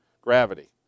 Gravity